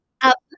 up